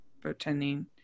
pretending